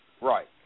Right